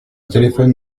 téléphone